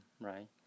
right